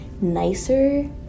nicer